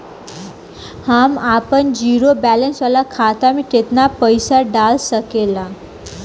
हम आपन zero balance वाला खाता मे केतना पईसा डाल सकेला?